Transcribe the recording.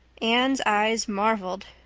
anne's eyes marveled.